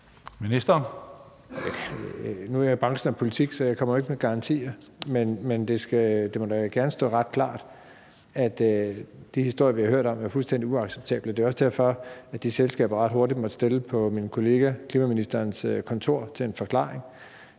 Nu er jeg i politikbranchen, så jeg kommer ikke med garantier, men det må da gerne stå ret klart, at de historier, vi har hørt om, er fuldstændig uacceptable. Det er også derfor, at de selskaber ret hurtigt måtte stille på min kollega klimaministerens kontor til en forklaring.